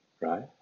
right